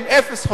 אפס חודשים.